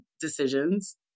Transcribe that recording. decisions